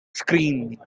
scream